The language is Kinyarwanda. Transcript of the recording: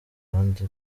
abandi